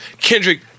Kendrick